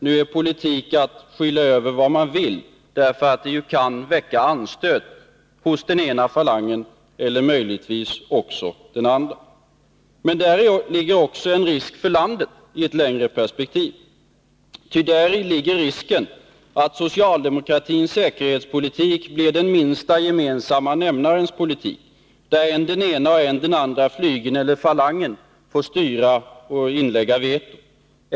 Nu är politik att skyla över vad man vill, därför att det ju kan väcka anstöt hos den ena falangen och möjligtvis också den andra. Däri ligger, i ett längre perspektiv, en fara för landet. Däri ligger risken att socialdemokratins säkerhetspolitik blir den minsta gemensamma nämnarens politik, där än den ena, än den andra flygeln eller falangen får styra resp. inlägga veto.